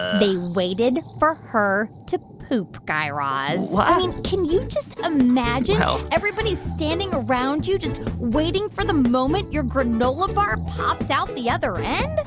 they waited for her to poop, guy raz. i mean, can you just imagine. well. everybody standing around you just waiting for the moment your granola bar pops out the other end?